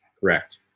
Correct